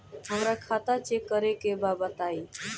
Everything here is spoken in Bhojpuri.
हमरा खाता चेक करे के बा बताई?